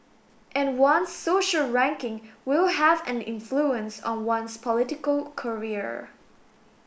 and one's social ranking will have an influence on one's political career